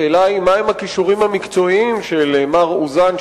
השאלה היא מהם הכישורים המקצועיים של מר אוזן,